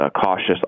cautious